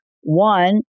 one